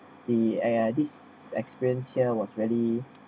the !aiya! this experience here was really